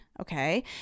okay